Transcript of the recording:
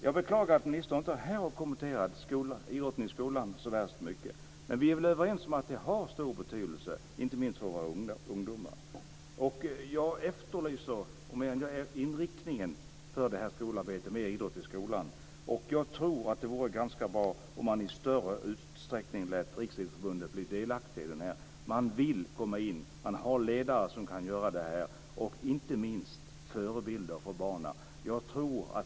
Jag beklagar att ministern inte här har kommenterat idrotten i skolan så mycket. Vi är väl överens om att den har stor betydelse, inte minst för våra ungdomar. Jag efterlyser inriktningen för idrott i skolan. Det vore bra om man i större utsträckning lät Riksidrottsförbundet bli delaktigt. Man vill gå in, och det finns ledare som kan vara förebilder inte minst för barnen.